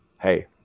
hey